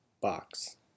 box